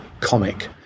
comic